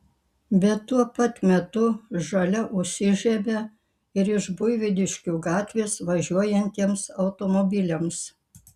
bet tuo pat metu žalia užsižiebia ir iš buivydiškių gatvės važiuojantiems automobiliams